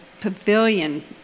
pavilion